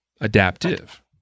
adaptive